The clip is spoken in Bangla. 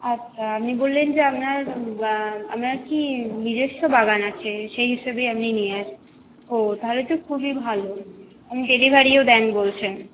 আচ্ছা আপনি বললেন যে আপনার আপনার কি নিজস্ব বাগান আছে সেই হিসেবেই আপনি ও তাহলে তো খুবই ভালো আপনি ডেলিভারিও দেন বলছেন